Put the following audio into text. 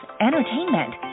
entertainment